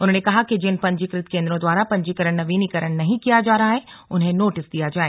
उन्होंने कहा कि जिन पंजीकृत केन्द्रों द्वारा पंजीकरण नवीनीकरण नहीं किया जा रहा है उन्हें नोटिस दिया जाए